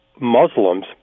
Muslims